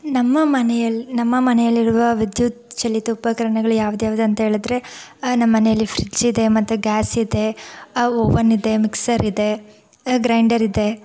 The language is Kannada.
ನಮ್ಮ ಮನೆಯಲ್ಲಿ ನಮ್ಮ ಮನೆಯಲ್ಲಿರುವ ವಿದ್ಯುತ್ ಚಾಲಿತ ಉಪಕರಣಗಳು ಯಾವ್ದ್ಯಾವ್ದು ಅಂತ ಹೇಳಿದ್ರೆ ನಮ್ಮನೆಯಲ್ಲಿ ಫ್ರಿಜ್ ಇದೆ ಮತ್ತೆ ಗ್ಯಾಸ್ ಇದೆ ಓವನ್ ಇದೆ ಮಿಕ್ಸರ್ ಇದೆ ಗ್ರೈಂಡರ್ ಇದೆ